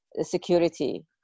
security